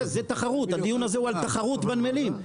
הדיון הזה הוא על תחרות בנמלים.